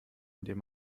indem